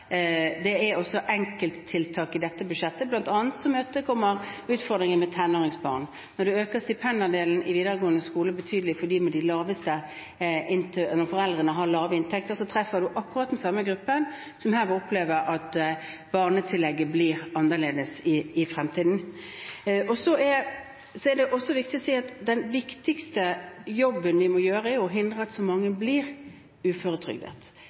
som imøtekommer utfordringen med tenåringsbarn. Når en øker stipendandelen i videregående skole betydelig for dem som har foreldre med lave inntekter, treffer en akkurat den samme gruppen som opplever at barnetillegget blir annerledes i fremtiden. Det er også viktig å si at den viktigste jobben vi må gjøre, er å hindre at så mange blir uføretrygdet.